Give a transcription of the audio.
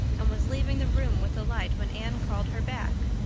and was leaving the room with the light when anne called her back.